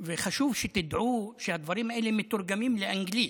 חשוב שתדעו שהדברים האלה מתורגמים לאנגלית,